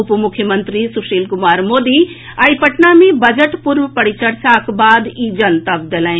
उप मुख्यमंत्री सुशील कुमार मोदी आई पटना मे बजट पूर्व परिचर्चा के बाद ई जनतब देलनि